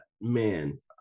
man